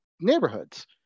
neighborhoods